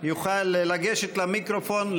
יוכל לגשת למיקרופון,